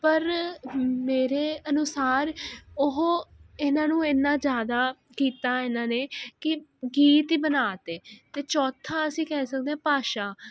ਪਰ ਮੇਰੇ ਅਨੁਸਾਰ ਉਹ ਇਨ੍ਹਾਂ ਨੂੰ ਏਨਾ ਜਿਆਦਾ ਕੀਤਾ ਇਨ੍ਹਾਂ ਨੇ ਕੀ ਗੀਤ ਈ ਬਨਾ ਤੇ ਤੇ ਚੋਥਾ ਅਸੀਂ ਕਹਿ ਸਕਦੇ ਭਾਸ਼ਾ